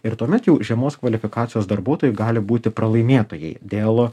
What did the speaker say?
ir tuomet jau žemos kvalifikacijos darbuotojai gali būti pralaimėtojai dėl